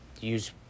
use